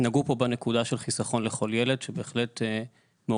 נגעו כאן בנקודה של חסכון לכל ילד שבהחלט מעורר